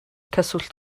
cyswllt